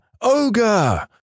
Ogre